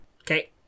Okay